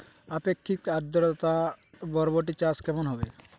আপেক্ষিক আদ্রতা বরবটি চাষ কেমন হবে?